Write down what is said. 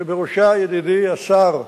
שבראשה ידידי השר,